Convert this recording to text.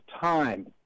time